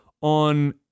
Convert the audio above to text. on